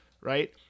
right